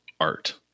art